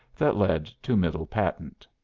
that led to middle patent.